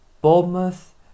Bournemouth